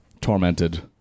tormented